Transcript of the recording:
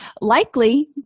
Likely